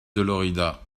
dolorida